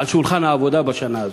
על שולחן העבודה בשנה הזאת.